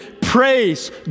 praise